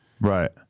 Right